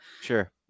Sure